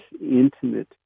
intimate